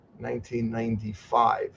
1995